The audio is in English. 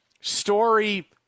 story